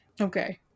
okay